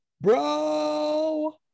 Bro